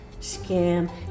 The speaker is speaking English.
scam